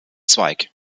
zweig